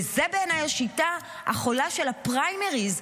וזו בעיניי השיטה החולה של הפריימריז,